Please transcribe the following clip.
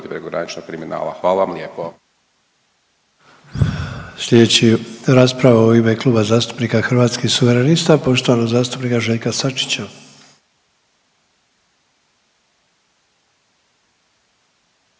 prekograničnog kriminala. Hvala vam lijepo.